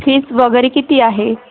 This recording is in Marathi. फीस वगैरे किती आहे